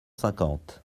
cinquante